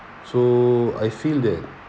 so I feel that